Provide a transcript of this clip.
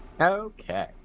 Okay